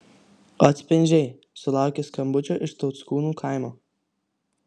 atspindžiai sulaukė skambučio iš tauckūnų kaimo